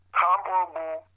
comparable